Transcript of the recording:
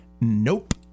nope